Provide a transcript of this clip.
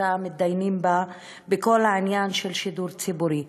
שמתדיינים בה בכל העניין של שידור ציבורי.